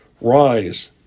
rise